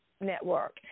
Network